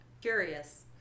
Curious